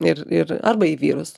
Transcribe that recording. ir ir arba į vyrus